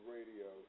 Radio